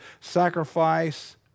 sacrifice